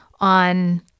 on